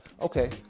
okay